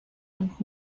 und